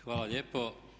Hvala lijepo.